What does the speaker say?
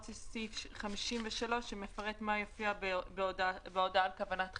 של סעיף 53 שמפרטות מה יופיע בהודעה על כוונת חיוב.